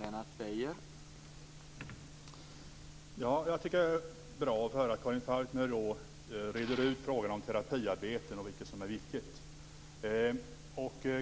Herr talman! Jag tycker att det är bra att få höra Karin Falkmer reda ut frågan om terapiarbete och vilket som är vilket.